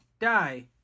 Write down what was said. Die